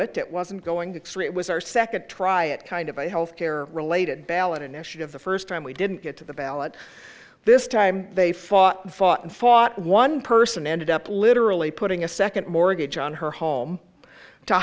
it wasn't going to x ray it was our second try it kind of a health care related ballot initiative the first time we didn't get to the ballot this time they fought fought and fought one person ended up literally putting a second mortgage on her home to